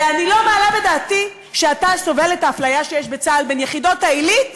ואני לא מעלה בדעתי שאתה סובל את האפליה שיש בצה"ל בין יחידות העילית